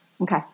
Okay